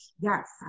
yes